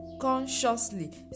consciously